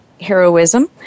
heroism